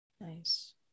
Nice